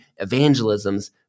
evangelisms